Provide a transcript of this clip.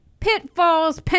pitfalls